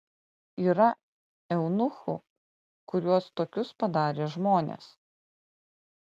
yra eunuchų kuriuos tokius padarė žmonės